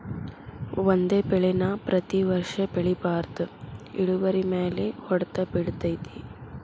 ಒಂದೇ ಬೆಳೆ ನಾ ಪ್ರತಿ ವರ್ಷ ಬೆಳಿಬಾರ್ದ ಇಳುವರಿಮ್ಯಾಲ ಹೊಡ್ತ ಬಿಳತೈತಿ